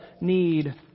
need